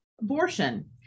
abortion